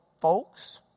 folks